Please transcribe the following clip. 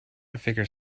figure